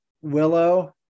Willow